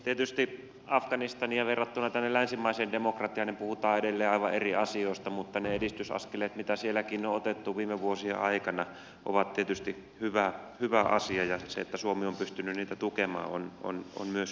tietysti verrattaessa afganistania tänne länsimaiseen demokratiaan puhutaan edelleen aivan eri asioista mutta ne edistysaskeleet mitä sielläkin on otettu viime vuosien aikana ovat tietysti hyvä asia ja se että suomi on pystynyt niitä tukemaan on myös hyvä asia